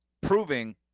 proving